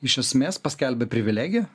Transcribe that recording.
iš esmės paskelbė privilegiją